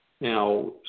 Now